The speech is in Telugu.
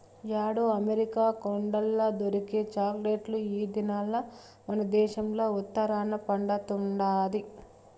యాడో అమెరికా కొండల్ల దొరికే చాక్లెట్ ఈ దినాల్ల మనదేశంల ఉత్తరాన పండతండాది